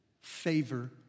favor